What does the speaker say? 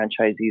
franchisees